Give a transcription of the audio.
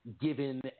given